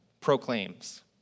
proclaims